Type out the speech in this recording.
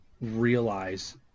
realize